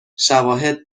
شواهد